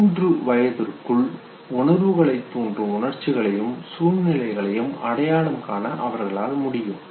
மூன்று வயதிற்குள் உணர்வுகளை தூண்டும் உணர்ச்சிகளையும் சூழ்நிலைகளையும் அடையாளம் காண அவர்களால் முடியும்